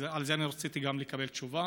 על זה אני רציתי גם לקבל תשובה.